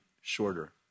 shorter